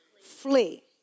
flee